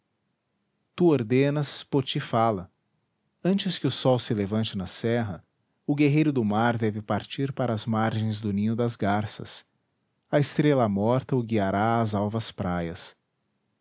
tu ordenas poti fala antes que o sol se levante na serra o guerreiro do mar deve partir para as margens do ninho das garças a estrela morta o guiará às alvas praias